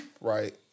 right